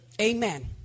Amen